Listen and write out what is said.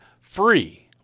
free